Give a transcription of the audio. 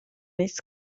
nichts